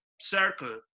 circle